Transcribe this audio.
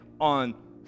on